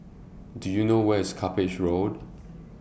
Do YOU know Where IS Cuppage Road